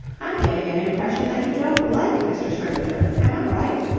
i'm getting an impression that you don't like mr. scrymgeour. am i right?